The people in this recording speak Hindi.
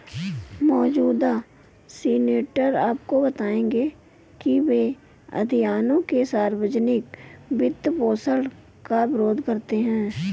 मौजूदा सीनेटर आपको बताएंगे कि वे अभियानों के सार्वजनिक वित्तपोषण का विरोध करते हैं